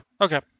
Okay